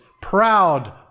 proud